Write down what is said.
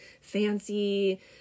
fancy